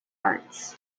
arts